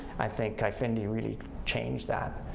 i think, eyefinity really changed that.